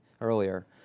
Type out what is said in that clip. earlier